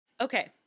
Okay